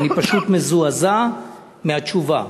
ואני פשוט מזועזע מהתשובה.